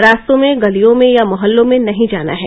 रास्तों में गलियों में या मोहल्लों में नहीं जाना हैं